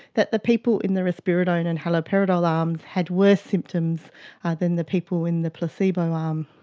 that the people in the risperidone and haloperidol arms had worse symptoms than the people in the placebo arm.